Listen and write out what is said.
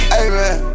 amen